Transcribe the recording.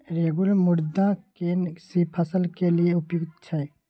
रेगुर मृदा केना सी फसल के लिये उपयुक्त छै?